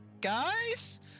guys